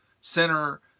center